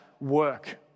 work